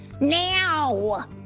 Now